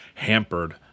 hampered